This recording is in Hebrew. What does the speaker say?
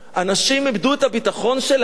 אנשים איבדו את הביטחון שלהם,